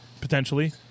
potentially